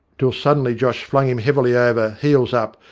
till suddenly josh flung him heavily over, heels up,